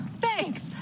Thanks